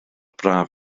braf